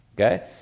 okay